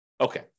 Okay